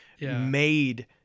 made